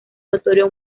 notorio